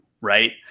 right